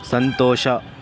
ಸಂತೋಷ